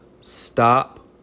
Stop